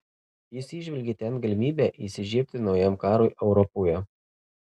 jis įžvelgė ten galimybę įsižiebti naujam karui europoje